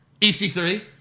EC3